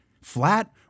flat